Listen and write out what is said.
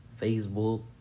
Facebook